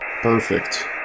Perfect